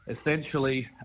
essentially